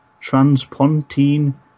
Transpontine